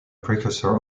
precursor